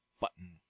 Button